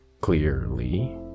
clearly